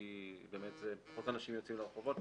כי פחות אנשים יוצאים לרחובות.